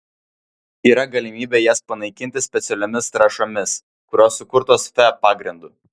yra galimybė jas panaikinti specialiomis trąšomis kurios sukurtos fe pagrindu